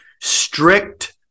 strict